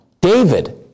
David